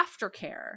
aftercare